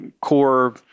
core